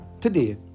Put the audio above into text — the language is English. Today